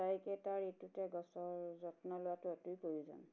তাইকে তাৰ ইটোতে গছৰ যত্ন লোৱাটো অতি প্ৰয়োজন